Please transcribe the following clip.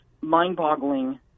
mind-boggling